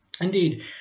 Indeed